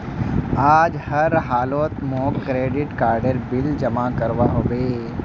आज हर हालौत मौक क्रेडिट कार्डेर बिल जमा करवा होबे